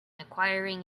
acquiring